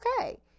okay